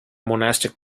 monastic